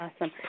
Awesome